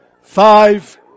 five